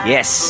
Yes